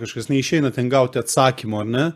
kažkas neišeina ten gauti atsakymo ar ne